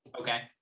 Okay